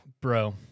bro